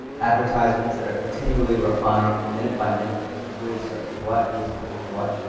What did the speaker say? advertisements that are continually refined, minute by minute, based on who is searching what, who is clicking what,